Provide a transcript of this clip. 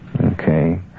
Okay